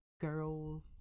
girls